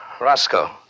Roscoe